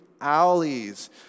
alleys